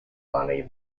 bunny